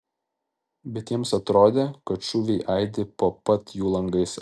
bet jiems atrodė kad šūviai aidi po pat jų langais